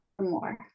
more